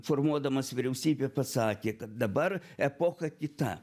formuodamas vyriausybę pasakė kad dabar epocha kita